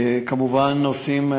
וכמובן עושים,